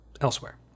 elsewhere